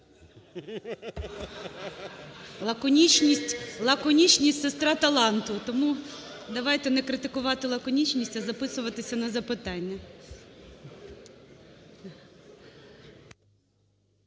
Лаконічність – сестра таланту. Тому давайте не критикувати лаконічність, а записуватися на запитання.